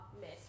miss